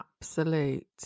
absolute